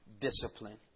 Discipline